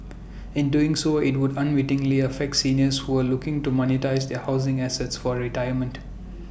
in doing so IT would unwittingly affect seniors who are looking to monetise their housing assets for retirement